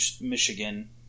Michigan